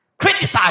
criticize